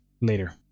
later